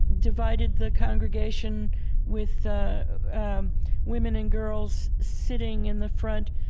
divided the congregation with the um women and girls sitting in the front,